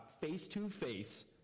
face-to-face